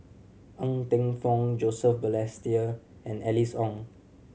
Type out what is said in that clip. Ng Teng Fong Joseph Balestier and Alice Ong